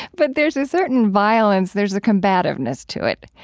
but there's a certain violence. there's a combativeness to it.